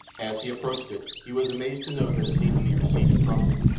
as he approached it he was amazed to note that it seemed to be receding from him,